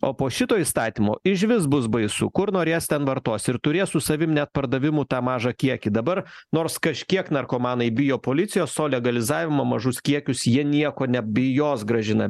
o po šito įstatymo išvis bus baisu kur norės ten vartos ir turės su savim net pardavimų tą mažą kiekį dabar nors kažkiek narkomanai bijo policijos o legalizavimo mažus kiekius jie nieko nebijos gražina